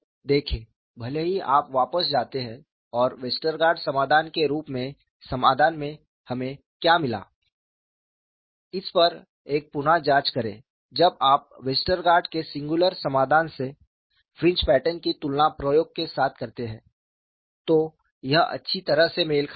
देखें भले ही आप वापस जाते हैं और वेस्टरगार्ड समाधान के रूप में समाधान में हमें क्या मिला है इस पर एक पुन जांच करें जब आप वेस्टरगार्ड के सिंगुलर समाधान से फ्रिंज पैटर्न की तुलना प्रयोग के साथ करते हैं तो यह अच्छी तरह से मेल खाता है